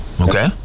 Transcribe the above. okay